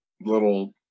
little